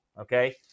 Okay